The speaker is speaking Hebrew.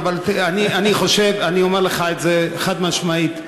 אבל אני אומר לך את זה חד-משמעית: